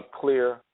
clear